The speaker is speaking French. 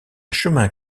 chemin